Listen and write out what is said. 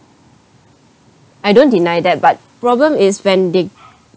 I don't deny that but problem is when they